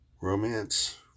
romance